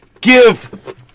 give